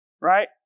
Right